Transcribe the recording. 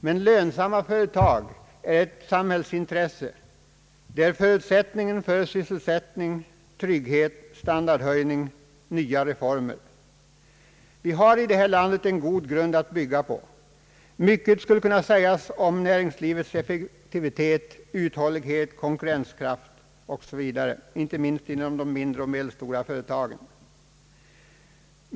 Men lönsamma företag är ett samhällsintresse. De är förutsättningen för sysselsättning, trygghet, standardhöjning, nya reformer. Vi har i detta land en god grund att bygga på. Mycket skulle kunna sägas om näringslivets effektivitet, uthållighet, konkurrenskraft osv., inte minst inom de mindre och medelstora företagen.